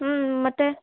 ಹ್ಞೂ ಮತ್ತು